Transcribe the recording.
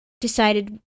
decided